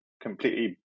completely